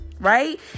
right